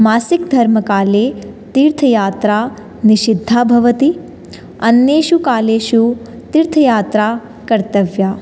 मासिकधर्मकाले तीर्थयात्रा निषिद्धा भवति अन्येषु कालेषु तीर्थयात्रा कर्तव्या